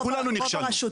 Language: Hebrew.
כולנו נכשלנו.